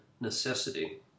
necessity